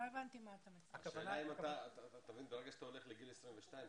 ברגע שאתה הולך לגיל 22,